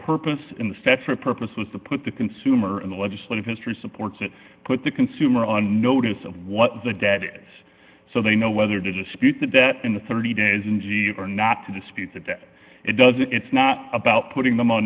purpose in the set for a purpose was to put the consumer in the legislative history supports it put the consumer on notice of what the dead ends so they know whether to dispute that in the thirty days or not to dispute that that it doesn't it's not about putting them on